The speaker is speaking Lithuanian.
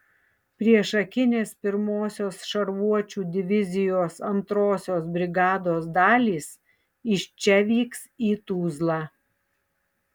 priešakinės pirmosios šarvuočių divizijos antrosios brigados dalys iš čia vyks į tuzlą